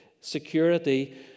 security